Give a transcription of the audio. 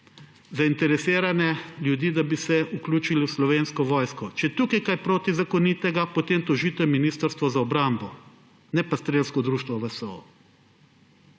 zainteresirane ljudi, da bi se vključili v Slovensko vojsko. Če je tukaj kaj protizakonitega, potem tožite Ministrstvo za obrambo, ne pa Strelsko društvo VSO.